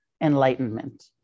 enlightenment